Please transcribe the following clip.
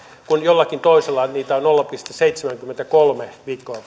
kun jollakin toisella niitä on nolla pilkku seitsemänkymmentäkolme viikkoa